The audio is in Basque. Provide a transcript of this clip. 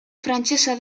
frantsesa